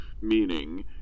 meaning